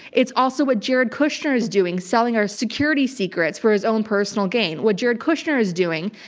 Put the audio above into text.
it's also what jared kushner is doing, selling our security secrets for his own personal gain. what jared kushner is doing,